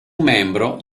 membro